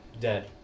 dead